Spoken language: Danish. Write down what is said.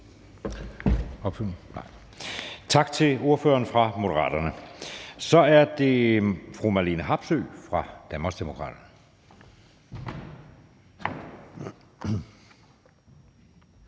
Tak til ordføreren for Moderaterne. Så er det fru Marlene Harpsøe fra Danmarksdemokraterne.